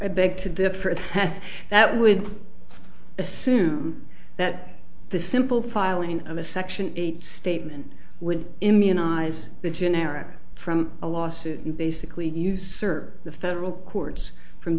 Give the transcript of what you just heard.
i beg to differ that would assume that the simple filing of a section eight statement would immunize the generic from a lawsuit and basically you serve the federal courts from